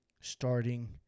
starting